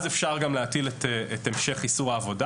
אז אפשר גם להטיל את המשך איסור העבודה